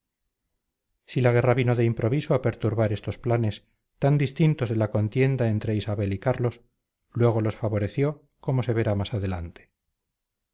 si la guerra vino de improviso a perturbar estos planes tan distintos de la contienda entre isabel y carlos luego los favoreció como se verá más adelante